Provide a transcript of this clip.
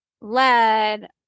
lead